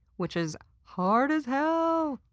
which is hard as hell.